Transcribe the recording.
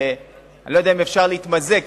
אני לא יודע אם אפשר להתמזג,